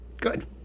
Good